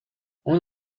اون